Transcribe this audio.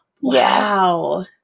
wow